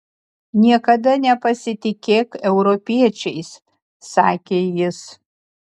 niekada nepasitikėk europiečiais sakė jis